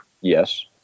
Yes